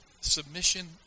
submission